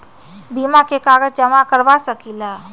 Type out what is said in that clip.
बीमा में कागज जमाकर करवा सकलीहल?